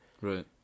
right